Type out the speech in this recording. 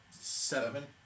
Seven